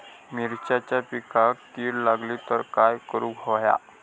मिरचीच्या पिकांक कीड लागली तर काय करुक होया?